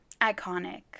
Iconic